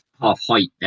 half-height